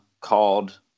called